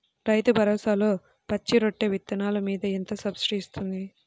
రైతు భరోసాలో పచ్చి రొట్టె విత్తనాలు మీద ఎంత సబ్సిడీ ఇస్తుంది?